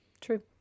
True